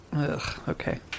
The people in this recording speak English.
Okay